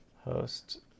host